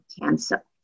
cancer